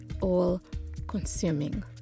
all-consuming